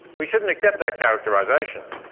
we shouldn't accept that characterisation.